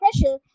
pressure